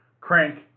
Crank